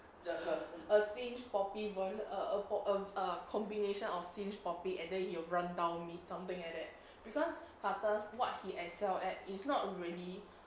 a singed poppy version err a err comb~ combination of singed poppy and then you rundown me something like that because karthus what he excel at it's not really